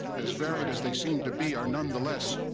as varied as they seem to be, are, nonetheless,